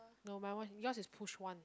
no my one yours is push one